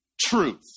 truth